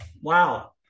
Wow